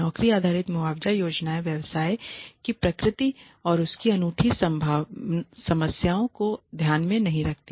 नौकरी आधारित मुआवजा योजनाएं व्यवसाय की प्रकृति और इसकी अनूठी समस्याओं को ध्यान में नहीं रखती हैं